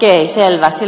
okei selvä